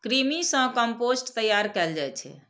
कृमि सं कंपोस्ट तैयार कैल जाइ छै